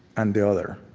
and the other.